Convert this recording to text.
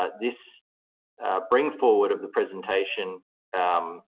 ah this bringing forward of the presentation um